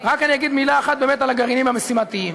רק אגיד מילה אחת באמת על הגרעינים המשימתיים,